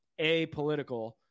apolitical